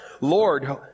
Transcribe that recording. Lord